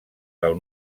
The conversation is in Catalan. del